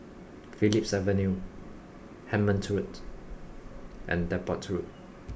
Phillips Avenue Hemmant Road and Depot Road